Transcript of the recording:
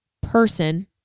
person